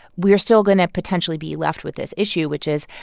we are still going to potentially be left with this issue, which is,